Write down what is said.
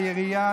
לעירייה,